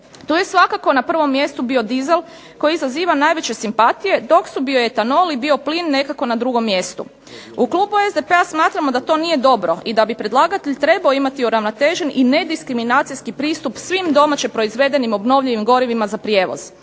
Tu je svakako na prvom mjestu biodizel koji izaziva najviše simpatije dok su bioetanol i bioplin nekako na drugom mjestu. U klubu SDP-a smatramo da to nije dobro i da bi predlagatelj trebao imati uravnotežen i nediskriminacijski pristup svim domaće proizvedenim obnovljivim gorivima za prijevoz.